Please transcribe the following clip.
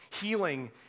Healing